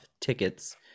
tickets